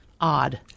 odd